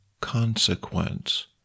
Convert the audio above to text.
consequence